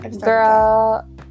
girl